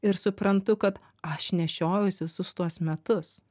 ir suprantu kad aš nešiojaus visus tuos metus